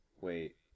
Wait